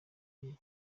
igihe